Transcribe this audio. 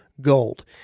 Gold